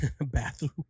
bathroom